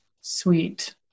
sweet